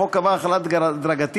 החוק קבע החלה הדרגתית,